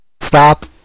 Stop